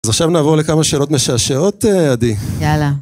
אז עכשיו נעבור לכמה שאלות משעשעות, עדי. יאללה.